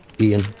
Ian